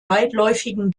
weitläufigen